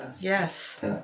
Yes